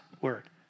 word